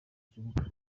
kibuga